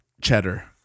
cheddar